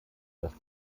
dass